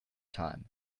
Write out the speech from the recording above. time